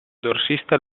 dorsista